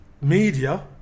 media